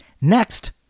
Next